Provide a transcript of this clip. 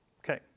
okay